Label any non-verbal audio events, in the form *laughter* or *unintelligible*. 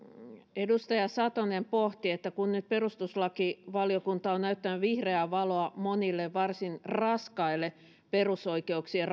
edustaja satonen pohti että kun nyt perustuslakivaliokunta on näyttänyt vihreää valoa monille varsin raskaille perusoikeuksien *unintelligible*